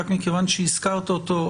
רק מכיוון שהזכרת אותו,